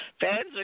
fans